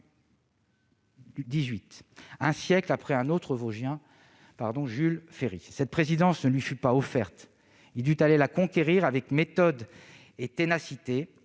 1998, un siècle après un autre Vosgien, Jules Ferry. Cette présidence ne lui fut pas offerte. Il dut aller la conquérir avec méthode et ténacité,